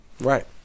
Right